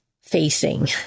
facing